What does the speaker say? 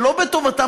שלא בטובתם,